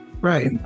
right